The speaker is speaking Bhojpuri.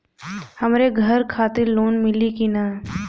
हमरे घर खातिर लोन मिली की ना?